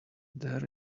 there